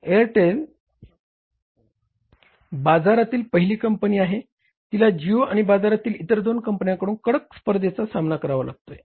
Airtel बाजारातील पहिली company आहे तिला जियो आणि बाजारातील इतर दोन कंपन्यांकडून कडक स्पर्धेचा सामना करावा लागत आहे